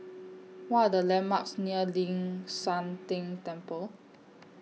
What Are The landmarks near Ling San Teng Temple